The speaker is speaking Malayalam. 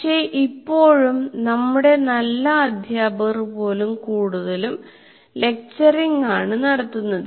പക്ഷേ ഇപ്പോഴും നമ്മുടെ നല്ല അധ്യാപകർ പോലും കൂടുതലും ലെക്ച്ചറിങ് ആണ് നടത്തുന്നത്